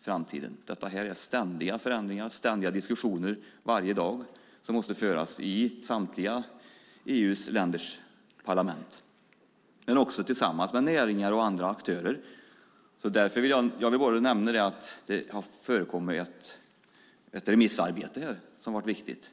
framtiden totalt sett. Det är ständiga förändringar, ständiga diskussioner som måste föras varje dag i samtliga EU-länders parlament men också tillsammans med näringar och andra aktörer. Därför vill jag bara nämna att det har förekommit ett remissarbete som har varit viktigt.